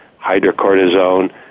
hydrocortisone